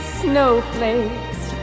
snowflakes